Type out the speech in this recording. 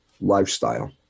Lifestyle